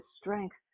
strength